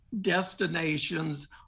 destinations